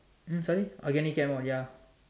um sorry organic Chem ah ya